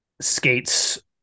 skates